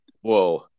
Whoa